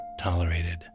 tolerated